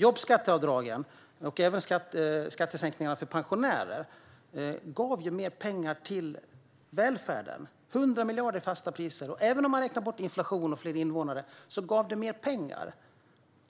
Jobbskatteavdragen, och även skattesänkningarna för pensionärer, gav mer pengar till välfärden - 100 miljarder i fasta priser. Även om man räknar bort inflation och fler invånare gav detta mer pengar.